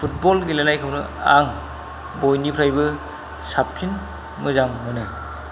football गेलेनायखौनो आं बयनिफ्रायबो साबसिन मोजां मोनो